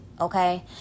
okay